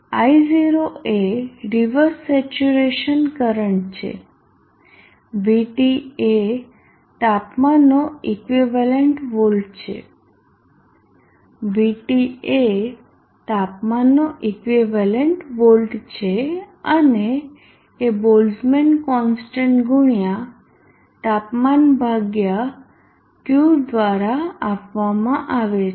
I0 એ reverse saturation current છે VT એ તાપમાનનો ઈક્વિવેલન્ટ વોલ્ટ છે VT એ તાપમાનનો ઈક્વિવેલન્ટ વોલ્ટ છે અને એ બોલ્ટઝમેન કોન્સ્ટન્ટ ગુણ્યા તાપમાન ભાગ્યા q દ્વારા આપવામાં આવે છે